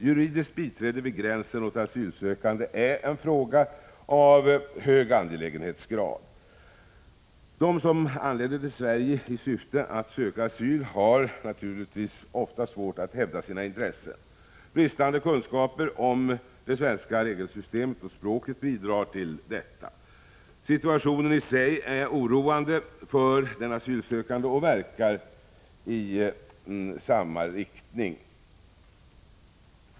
Juridiskt biträde vid gränsen åt asylsökande är en fråga av hög angelägenhetsgrad. De som anländer till Sverige i syfte att söka asyl har naturligtvis ofta svårt att hävda sina intressen. Bristande kunskaper om det svenska regelsystemet och språket bidrar till detta. Situationen för den asylsökande är i sig oroande och verkar i samma riktning.